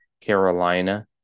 Carolina